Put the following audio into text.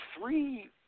three